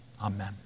amen